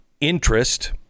interest